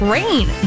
rain